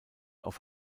auf